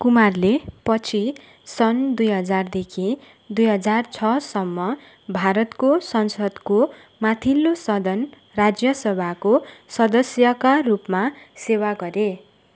कुमारले पछि सन् दुई हजारदेखि दुई हजार छसम्म भारतको संसदको माथिल्लो सदन राज्यसभाको सदस्यका रूपमा सेवा गरे